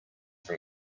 from